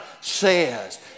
says